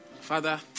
Father